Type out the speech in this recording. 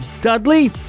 Dudley